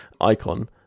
icon